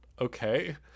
okay